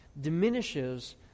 diminishes